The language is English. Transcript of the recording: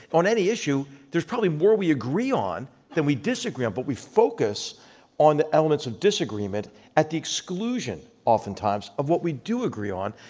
on any issue, there's probably more we agree on than we disagree on, but we focus on the elements of disagreement at the exclusion oftentimes of what we do agree on.